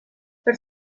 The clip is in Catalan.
per